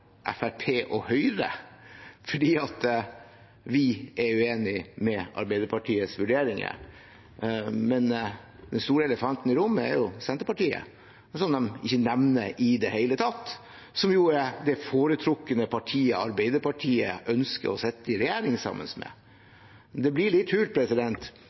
og Høyre fordi vi er uenig i Arbeiderpartiets vurderinger. Den store elefanten i rommet er Senterpartiet, som de ikke nevner i det hele tatt, som jo er det foretrukne partiet Arbeiderpartiet ønsker å sitte i regjering sammen med. Det blir litt hult